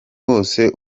wose